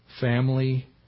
Family